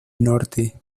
norte